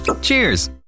Cheers